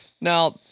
Now